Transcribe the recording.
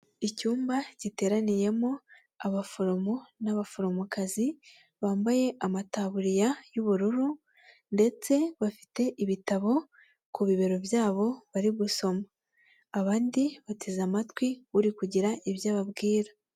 Icyumba giteraniyemo abaforomo n'abaforomokazi bambaye amataburiya y'ubururu ndetse bafite ibitabo ku bibero byabo bari gusoma abandi bateze amatwi uri kugira ibyo babwira.